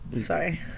Sorry